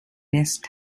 nest